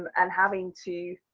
and having to,